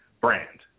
brand